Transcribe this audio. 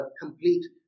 complete